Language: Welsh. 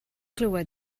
glywed